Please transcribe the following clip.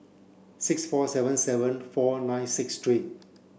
six four seven seven four nine six three